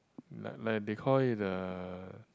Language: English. like like they call it the